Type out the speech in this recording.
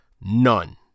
None